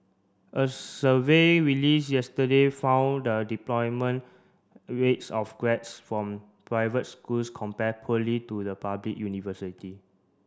a survey release yesterday found the deployment rates of grads from private schools compared poorly to the public university